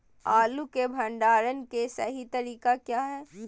आलू के भंडारण के सही तरीका क्या है?